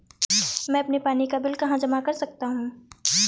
मैं अपने पानी का बिल कहाँ जमा कर सकता हूँ?